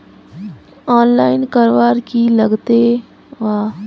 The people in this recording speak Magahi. आनलाईन करवार की लगते वा?